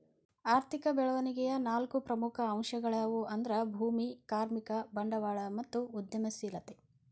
ಆರ್ಥಿಕ ಬೆಳವಣಿಗೆಯ ನಾಲ್ಕು ಪ್ರಮುಖ ಅಂಶಗಳ್ಯಾವು ಅಂದ್ರ ಭೂಮಿ, ಕಾರ್ಮಿಕ, ಬಂಡವಾಳ ಮತ್ತು ಉದ್ಯಮಶೇಲತೆ